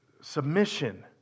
submission